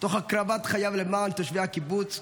תוך הקרבת חייו למען תושבי הקיבוץ.